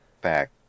back